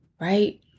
right